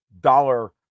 dollar